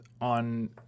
on